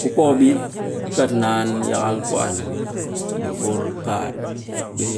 Ku poo ɓit kat naan yakal ku an, yi fur paat, ɓe